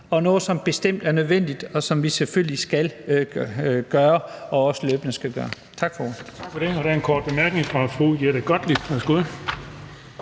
er noget, som bestemt er nødvendigt, og som vi selvfølgelig skal gøre og også løbende skal gøre. Tak for ordet. Kl. 16:15 Den fg. formand (Erling